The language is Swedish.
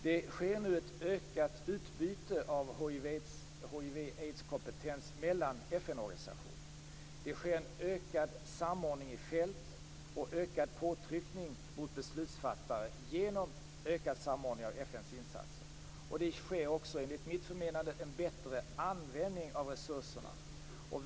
Det sker nu ett ökat utbyte av hiv/aids-kompetens mellan FN-organisationerna. Det sker en ökad samordning i fält och en ökad påtryckning mot beslutsfattare genom ökad samordning av FN:s insatser. Enligt mitt förmenande används också resurserna bättre.